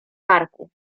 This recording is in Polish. karku